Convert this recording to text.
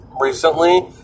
recently